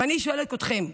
ואני שואלת אתכם: